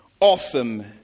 awesome